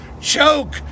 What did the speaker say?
choke